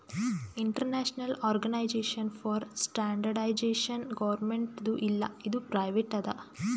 international organization for standardization ಗೌರ್ಮೆಂಟ್ದು ಇಲ್ಲ ಇದು ಪ್ರೈವೇಟ್ ಅದಾ